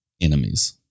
enemies